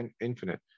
infinite